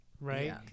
right